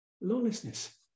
lawlessness